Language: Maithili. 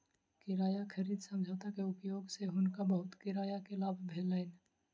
किराया खरीद समझौता के उपयोग सँ हुनका बहुत किराया के लाभ भेलैन